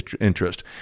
interest